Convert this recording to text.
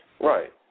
Right